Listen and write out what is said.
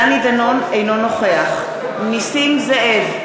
אינו נוכח נסים זאב,